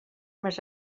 més